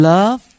Love